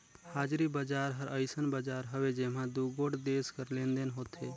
हाजरी बजार हर अइसन बजार हवे जेम्हां दुगोट देस कर लेन देन होथे